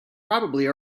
probably